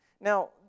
Now